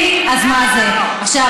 למדו מראש הממשלה.